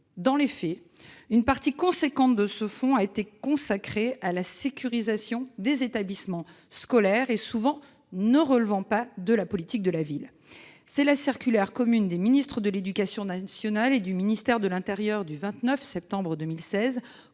Dans les faits, une partie substantielle de ce fonds a été consacrée à la sécurisation d'établissements scolaires, ne relevant souvent pas de la politique de la ville. C'est la circulaire commune des ministres de l'éducation nationale et de l'intérieur du 29 septembre 2016,